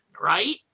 right